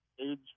age